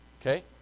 okay